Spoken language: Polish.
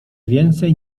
więcej